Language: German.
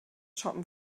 shoppen